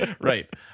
Right